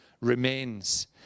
remains